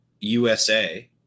USA